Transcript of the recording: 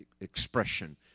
expression